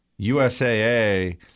USAA